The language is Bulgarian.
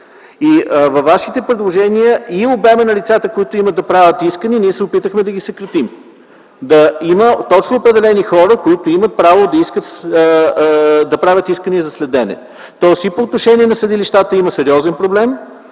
Във вашите предложения е и обемът на лицата, които имат право да правят искания, но ние се опитахме да го съкратим и да има точно определени хора, които да правят искания за следене. Тоест и по отношение на съдилищата има сериозен проблем,